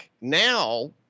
now